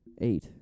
Eight